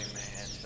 man